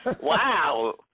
Wow